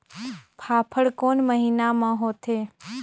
फाफण कोन महीना म होथे?